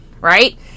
right